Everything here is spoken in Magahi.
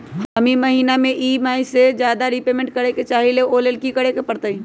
हम ई महिना में ई.एम.आई से ज्यादा रीपेमेंट करे के चाहईले ओ लेल की करे के परतई?